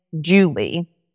Julie